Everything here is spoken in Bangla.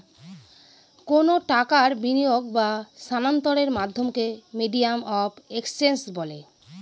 কোনো টাকার বিনিয়োগ বা স্থানান্তরের মাধ্যমকে মিডিয়াম অফ এক্সচেঞ্জ বলে